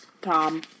Tom